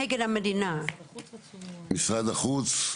משרד החוץ?